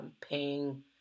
paying